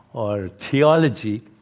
or theology,